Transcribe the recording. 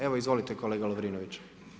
Evo izvolite kolega Lovrinović.